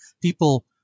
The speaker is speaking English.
People